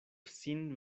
sin